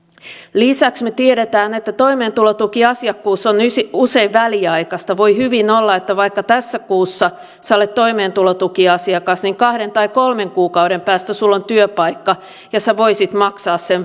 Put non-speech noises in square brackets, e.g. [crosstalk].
lisäksi me tiedämme että toimeentulotukiasiakkuus on usein väliaikaista voi hyvin olla että vaikka tässä kuussa olet toimeentulotukiasiakas niin kahden tai kolmen kuukauden päästä sinulla on työpaikka ja voisit maksaa sen [unintelligible]